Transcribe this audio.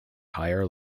higher